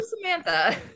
Samantha